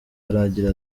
aragira